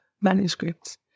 manuscripts